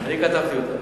אני כתבתי אותה.